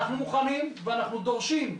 אנחנו מוכנים ואנחנו דורשים,